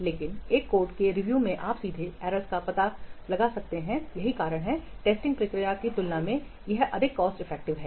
लेकिन एक कोड के रिव्युमें आप सीधे एरर्स का पता लगा सकते हैं यही कारण है कि टेस्टिंग प्रक्रिया की तुलना में यह अधिक कॉस्ट इफेक्टिव है